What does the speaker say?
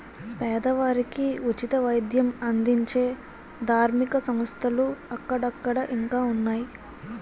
పేదవారికి ఉచిత వైద్యం అందించే ధార్మిక సంస్థలు అక్కడక్కడ ఇంకా ఉన్నాయి